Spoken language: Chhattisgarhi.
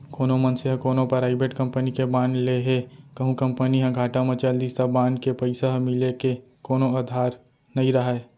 कोनो मनसे ह कोनो पराइबेट कंपनी के बांड ले हे कहूं कंपनी ह घाटा म चल दिस त बांड के पइसा ह मिले के कोनो अधार नइ राहय